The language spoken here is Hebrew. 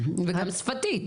להתאמה תרבותית, וגם שפתית.